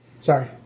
Sorry